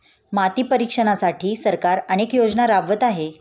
माती परीक्षणासाठी सरकार अनेक योजना राबवत आहे